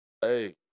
hey